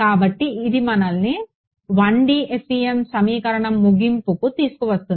కాబట్టి అది మనల్ని 1D FEM సమీకరణం ముగింపుకు తీసుకువస్తుంది